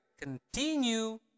continue